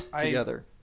together